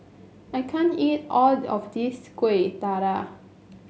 I can't eat all of this Kueh Dadar